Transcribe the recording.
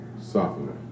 softener